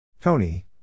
Tony